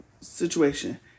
situation